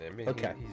Okay